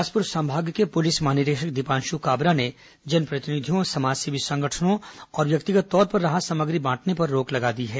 बिलासपुर संभाग के पुलिस महानिरीक्षक दीपांशु काबरा ने जनप्रतिनिधियों समाजसेवी संगठनों के और व्यक्तिगत तौर पर राहत सामग्री बांटने पर रोक लगा दी है